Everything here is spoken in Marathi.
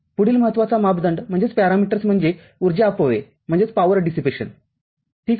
पुढील महत्त्वाचा मापदंड म्हणजे उर्जा अपव्यय ठीक आहे